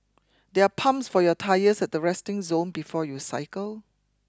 there are pumps for your tyres at the resting zone before you cycle